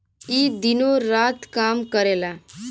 ई दिनो रात काम करेला